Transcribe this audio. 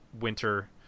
winter